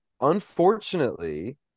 Unfortunately